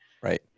Right